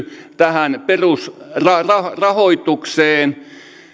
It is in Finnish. tähän perusrahoitukseen